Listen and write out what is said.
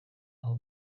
aho